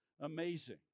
Amazing